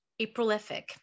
Aprilific